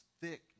thick